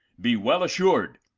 be well assured,